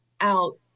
out